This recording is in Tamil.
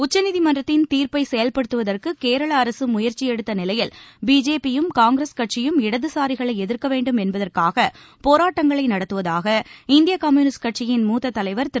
உச்சநீதிமன்றத்தின் தீர்ப்பை செயல்படுத்துவதற்கு கேரள அரசு முயற்சி எடுத்த நிலையில் பிஜேபி யும் காங்கிரஸ் கட்சியும் இடதுசாரிகளை எதிர்க்க வேண்டும் என்பதற்காக போராட்டங்களை நடத்துவதாக இந்திய கம்யூனிஸ்ட் கட்சியின் மூத்த தலைவர் திரு